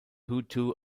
hutu